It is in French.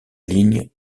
ligne